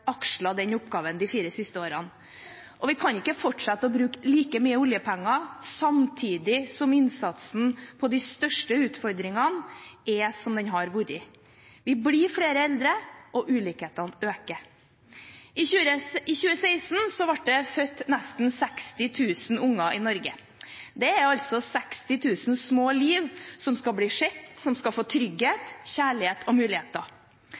akslet den oppgaven de fire siste årene. Vi kan ikke fortsette å bruke like mye oljepenger samtidig som innsatsen på områdene med de største utfordringene er som den har vært. Vi blir flere eldre, og ulikhetene øker. I 2016 ble det født nesten 60 000 unger i Norge. Det er 60 000 små liv som skal bli sett, som skal få trygghet, kjærlighet og muligheter.